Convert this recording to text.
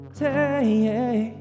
day